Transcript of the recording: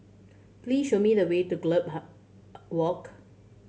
please show me the way to Gallop Walk